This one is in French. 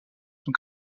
sont